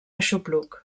aixopluc